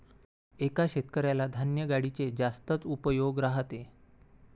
एका शेतकऱ्याला धान्य गाडीचे जास्तच उपयोग राहते